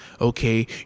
Okay